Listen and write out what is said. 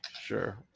Sure